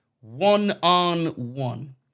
one-on-one